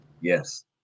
Yes